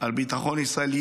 על ביטחון ישראל.